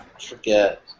forget